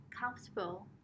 comfortable